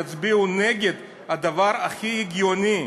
יצביעו נגד הדבר הכי הגיוני,